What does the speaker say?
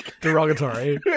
derogatory